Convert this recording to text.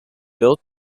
built